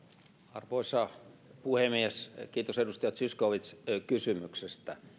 arvoisa puhemies kiitos edustaja zyskowicz kysymyksestä